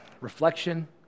reflection